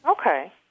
Okay